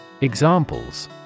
Examples